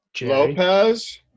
Lopez